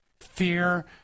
Fear